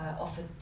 offered